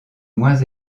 moins